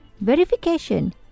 verification